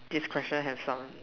this question has some